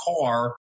car